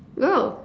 girl